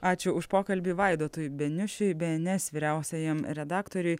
ačiū už pokalbį vaidotui beniušiui bns vyriausiajam redaktoriui